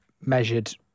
measured